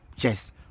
yes